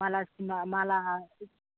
मालासिमाव माला